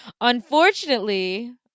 unfortunately